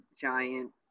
Giant